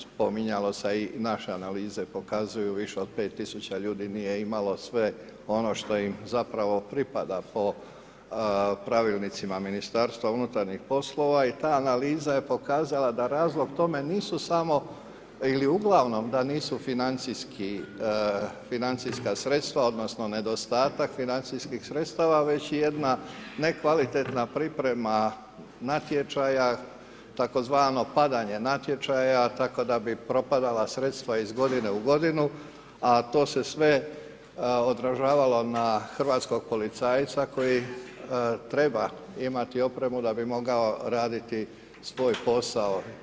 Spominjalo se, a i naše analize pokazuju više od 5 tisuća ljudi nije imalo sve ono što im zapravo pripada po pravilnicima Ministarstva unutarnjih poslova i ta analiza je pokazala da razlog tome nisu samo ili uglavnom da nisu financijska sredstva, odnosno nedostatak financijskih sredstava, već jedna nekvalitetna priprema natječaja tzv. padanje natječaja tako da bi propadala sredstva iz godine u godinu, a to se sve odražavalo na hrvatskog policajca koji treba imati opremu da bi mogao raditi svoj posao.